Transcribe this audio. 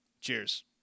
Cheers